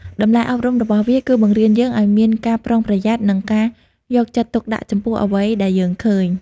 តម្លៃអប់រំរបស់វាគឺបង្រៀនយើងឲ្យមានការប្រុងប្រយ័ត្ន និងការយកចិត្តទុកដាក់ចំពោះអ្វីដែលយើងឃើញ។